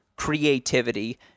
creativity